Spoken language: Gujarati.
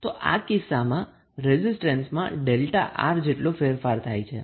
તો આ કિસ્સામાં રેઝિસ્ટન્સમાં ΔR જેટલો ફેરફાર થાય છે